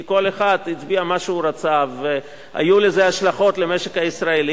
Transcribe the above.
כי כל אחד הצביע מה שהוא רצה והיו לזה השלכות על המשק הישראלי.